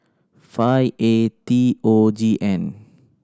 five A T O G N